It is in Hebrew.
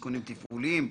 סיכונים תפעוליים וכו'.